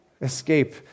Escape